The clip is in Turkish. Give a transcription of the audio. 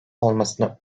olmasını